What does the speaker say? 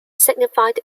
signified